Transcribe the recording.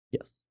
Yes